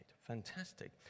Fantastic